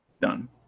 done